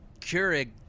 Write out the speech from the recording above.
Keurig